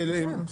ואגב,